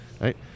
Right